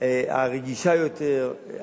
הרגישה יותר,